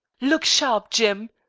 look sharp, jim,